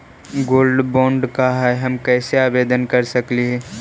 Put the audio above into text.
Gold bond का है, हम कैसे आवेदन कर सकली ही?